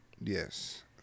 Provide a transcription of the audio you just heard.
Yes